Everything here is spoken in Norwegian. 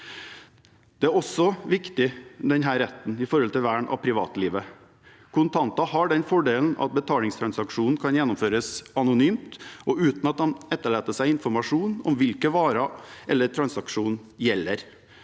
er også viktig når det gjelder vern av privatlivet. Kontanter har den fordelen at betalingstransaksjonen kan gjennomføres anonymt og uten at man etterlater seg informasjon om hvilke varer transaksjonen gjelder,